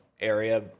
area